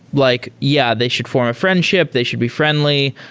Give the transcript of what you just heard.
like, yeah, they should form a friendship. they should be friendly.